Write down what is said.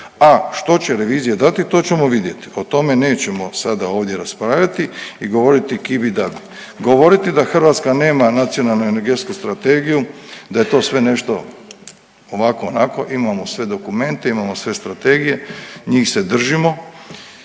a što će revizija dati to ćemo vidjeti, o tome nećemo sada ovdje raspravljati i govoriti kibidabi, govoriti da Hrvatska nema nacionalnu energetsku strategiju, da je to sve nešto ovako onako, imamo sve dokumente, imamo sve strategije, njih se držimo,